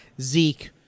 Zeke